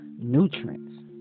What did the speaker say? Nutrients